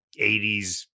80s